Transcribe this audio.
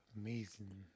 amazing